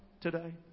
today